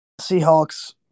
Seahawks